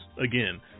Again